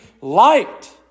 light